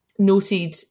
Noted